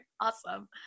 Awesome